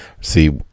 See